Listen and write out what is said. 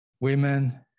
women